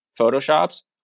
Photoshop's